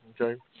Okay